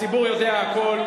הציבור יודע הכול,